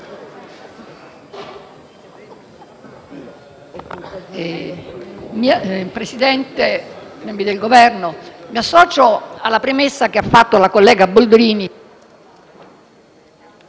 Governo, mi associo alla premessa che ha fatto la collega Boldrini